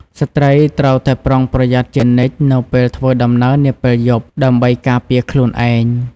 ស្ត្រីត្រូវតែប្រុងប្រយ័ត្នជានិច្ចនៅពេលធ្វើដំណើរនាពេលយប់ដើម្បីការពារខ្លួនឯង។